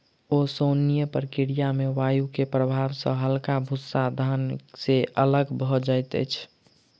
ओसौनिक प्रक्रिया में वायु के प्रभाव सॅ हल्का भूस्सा धान से अलग भअ जाइत अछि